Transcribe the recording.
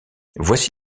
voici